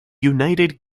united